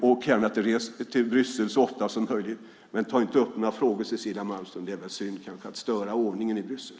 Åk gärna till Bryssel så ofta som möjligt, men ta inte upp några frågor, Cecilia Malmström! Det är väl kanske synd att störa ordningen i Bryssel.